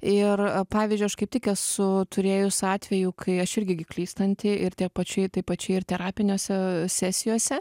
ir pavyzdžiui aš kaip tik esu turėjus atvejų kai aš irgi gi klystanti ir tie pačiai taip pačiai ir terapiniose sesijose